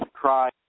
try